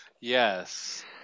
Yes